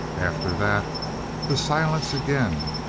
after that the silence again,